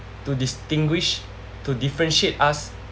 to distinguish to differentiate us